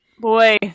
boy